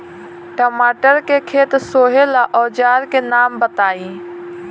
टमाटर के खेत सोहेला औजर के नाम बताई?